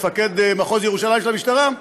מפקד מחוז ירושלים של המשטרה,